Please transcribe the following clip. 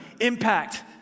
impact